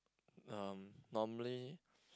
um normally